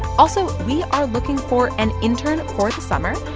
also we are looking for an intern for the summer.